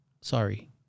Sorry